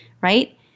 Right